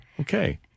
Okay